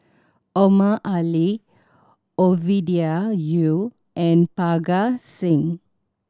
Omar Ali Ovidia Yu and Parga Singh